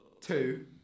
Two